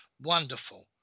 Wonderful